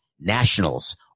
Nationals